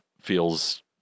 feels –